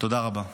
תודה רבה.